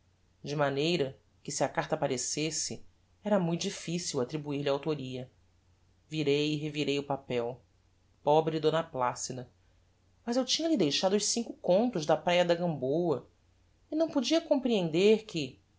de maneira que se a carta apparecesse era mui difficil attribuir-lhe a autoria virei e revirei o papel pobre d placida mas eu tinha-lhe deixado os cinco contos da praia da gambôa enão podia comprehender que